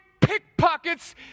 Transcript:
pickpockets